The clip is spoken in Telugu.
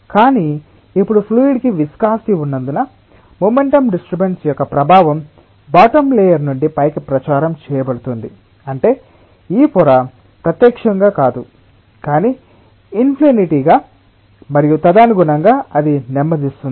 కానీ ఇప్పుడు ఫ్లూయిడ్ కి విస్కాసిటి ఉన్నందున మొమెంటం డిస్టర్బన్స్ యొక్క ప్రభావం బాటమ్ లేయర్ నుండి పైకి ప్రచారం చేయబడుతోంది అంటే ఈ పొర ప్రత్యక్షంగా కాదు కానీ ఇమ్ప్లిసిటి గా మరియు తదనుగుణంగా అది నెమ్మదిస్తుంది